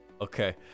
Okay